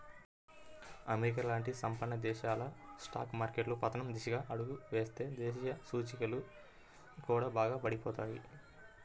America లాంటి సంపన్న దేశాల స్టాక్ మార్కెట్లు పతనం దిశగా అడుగులు వేస్తే దేశీయ సూచీలు కూడా బాగా పడిపోతాయి